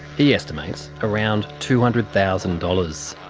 he estimates around two hundred thousand dollars.